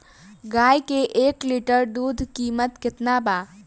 गाय के एक लीटर दूध कीमत केतना बा?